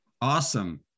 awesome